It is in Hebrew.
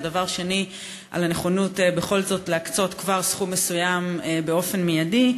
ודבר שני על הנכונות להקצות בכל זאת סכום מסוים באופן מיידי.